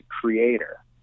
creator